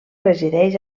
resideix